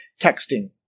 texting